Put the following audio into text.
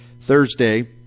Thursday